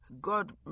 God